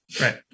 Right